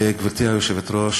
גברתי היושבת-ראש,